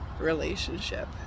relationship